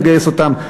נגייס אותם.